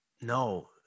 No